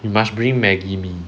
you must bring Maggie mee